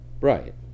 Right